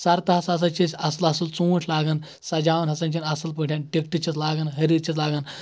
سر تہس ہسا چھِ أسۍ اَصٕل اَصٕل ژوٗنٹھۍ لاگان سَجاوان ہسا چھ اَصٕل پٲٹھۍ ٹِکٹہٕ چھِس لاگان ۂریٖرٕ چھِس لاگان